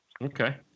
Okay